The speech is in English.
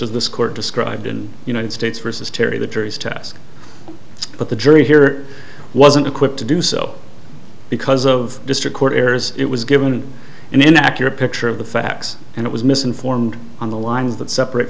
as this court described in united states versus terry the jury's task but the jury here wasn't equipped to do so because of district court errors it was given an inaccurate picture of the facts and it was misinformed on the lines that separate